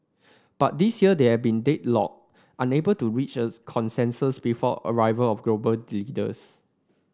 but this year they have been deadlocked unable to reach as consensus before arrival of global leaders